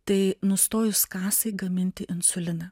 tai nustojus kasai gaminti insuliną